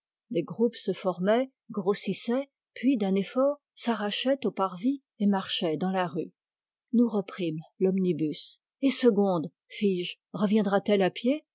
des groupes se formaient grossissaient puis d'un effort s'arrachaient au parvis et marchaient dans la rue nous reprîmes l'omnibus et segonde fis-je reviendra t elle à pied